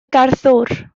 garddwr